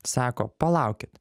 sako palaukit